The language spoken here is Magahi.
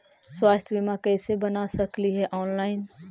स्वास्थ्य बीमा कैसे बना सकली हे ऑनलाइन?